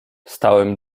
stałem